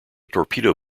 torpedo